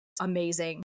amazing